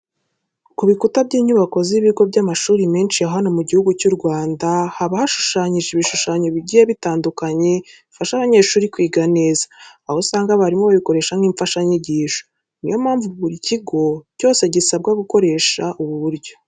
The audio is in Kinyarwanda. Ku bikuta by'inyubako z'ibigo by'amashuri menshi ya hano mu gihugu cy'u Rwanda, haba hashushanyije ibishushanyo bigiye bitandukanye, bifasha abanyeshuri kwiga neza, aho usanga abarimu babikoresha nk'imfashanyigisho. Niyo mpamvu, buri kigo cyose gisabwa gukoresha ubu buryo.